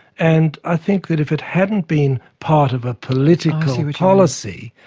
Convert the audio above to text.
and i think that if it hadn't been part of a political policy,